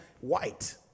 white